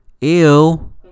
Ew